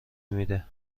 میده